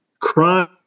crime